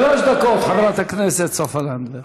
שלוש דקות, חברת הכנסת סופה לנדבר.